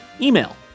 email